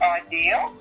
ideal